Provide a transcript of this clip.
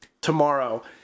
tomorrow